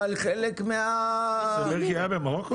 אבל חלק --- מרגי היה במרוקו?